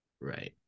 right